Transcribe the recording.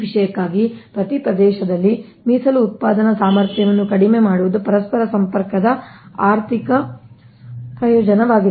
ಈ ವಿಷಯಕ್ಕಾಗಿ ಪ್ರತಿ ಪ್ರದೇಶದಲ್ಲಿ ಮೀಸಲು ಉತ್ಪಾದನಾ ಸಾಮರ್ಥ್ಯವನ್ನು ಕಡಿಮೆ ಮಾಡುವುದು ಪರಸ್ಪರ ಸಂಪರ್ಕದ ಆರ್ಥಿಕ ಪ್ರಯೋಜನವಾಗಿದೆ